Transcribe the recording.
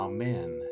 Amen